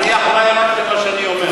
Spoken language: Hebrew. אני אחראי רק למה שאני אומר.